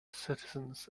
citizens